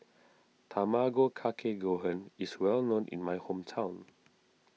Tamago Kake Gohan is well known in my hometown